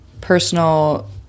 personal